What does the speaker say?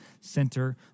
center